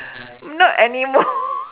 not anymore